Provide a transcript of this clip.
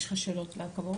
יש לך שאלות לכבאות?